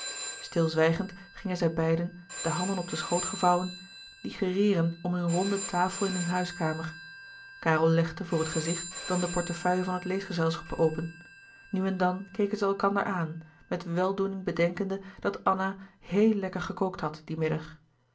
stilzwijgend gingen zij beiden de handen op den schoot gevouwen digereeren om hunne ronde tafel in hunne huiskamer karel legde voor het gezicht dan de portefeuille van het leesgezelschap open nu en dan keken zij elkander aan met weldoening louis couperus de boeken der kleine zielen bedenkende dat anna héel lekker gekookt had dien middag